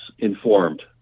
informed